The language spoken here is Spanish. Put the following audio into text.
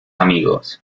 amigos